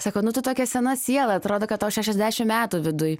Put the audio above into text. sako nu tu tokia sena siela atrodo kad tau šešiasdešim metų viduj